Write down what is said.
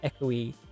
echoey